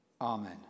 Amen